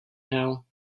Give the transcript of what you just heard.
now